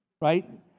right